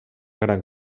gran